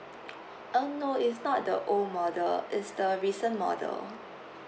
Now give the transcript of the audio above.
uh no is not the old model is the recent model